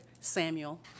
Samuel